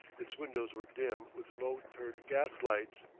its windows were dim with low-turned gas-lights.